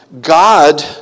God